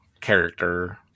character